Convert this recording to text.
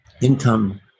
income